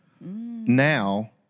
now